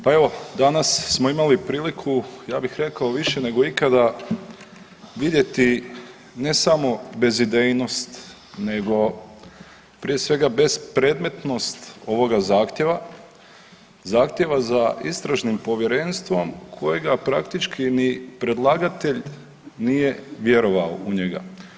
Pa evo danas smo imali priliku ja bih rekao više nego ikada vidjeti ne samo bezidejnost, nego prije svega bespredmetnost ovoga zahtjeva, zahtjeva za Istražnim povjerenstvom kojega praktički ni predlagatelj nije vjerovao u njega.